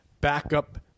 backup